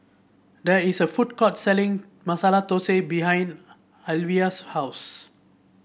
there is a food court selling Masala Thosai behind Alyvia's house